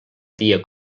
dia